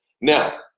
Now